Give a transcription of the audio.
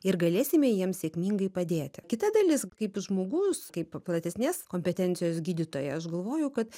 ir galėsime jiems sėkmingai padėti kita dalis kaip žmogus kaip platesnės kompetencijos gydytoja aš galvoju kad